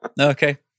Okay